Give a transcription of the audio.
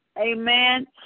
Amen